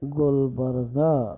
Gulbarga